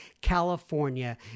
California